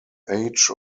age